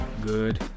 Good